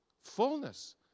Fullness